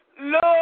Lord